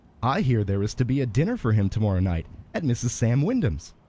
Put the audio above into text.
i hear there is to be a dinner for him to-morrow night at mrs. sam wyndham's.